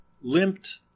limped